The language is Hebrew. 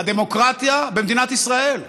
הדמוקרטיה במדינת ישראל,